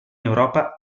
europa